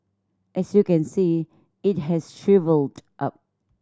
as you can see it has shrivelled up